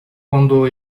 quando